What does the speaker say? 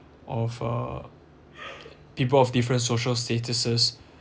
of uh people of different social statuses